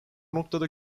noktada